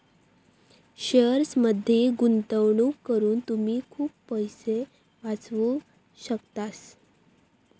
शेअर्समध्ये गुंतवणूक करून तुम्ही खूप पैसे वाचवू शकतास